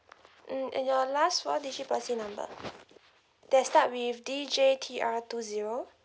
mm and your last four digit policy number that start with D J T R two zero